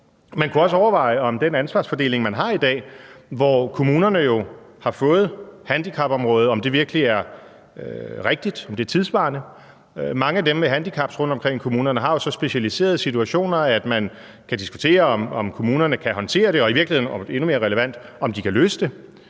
Man kunne også overveje, om den ansvarsfordeling, man har i dag, hvor kommunerne har fået handicapområdet, er det rigtige og tidssvarende. Mange af dem med handicaps rundtomkring i kommunerne har jo så specialiserede situationer, at man kan diskutere, om kommunerne kan håndtere det – og i virkeligheden endnu mere relevant, om de kan løse det.